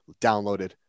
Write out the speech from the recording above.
downloaded